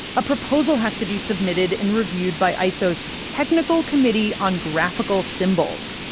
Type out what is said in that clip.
a proposal has to be submitted and reviewed by iso's technical committee on graphical symbols.